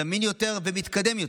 זמין יותר ומתקדם יותר.